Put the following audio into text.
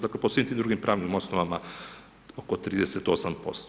Dakle po svim tim drugim pravnim osnovama oko 38%